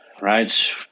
Right